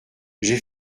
j’ai